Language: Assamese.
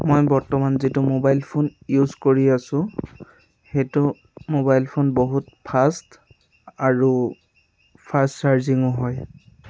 মই বৰ্তমান যিটো ম'বাইল ফোন ইউজ কৰি আছোঁ সেইটো ম'বাইল ফোন বহুত ফাষ্ট আৰু ফাৰ্ষ্ট চাৰ্জিঙো হয়